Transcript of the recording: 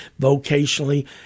vocationally